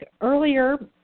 earlier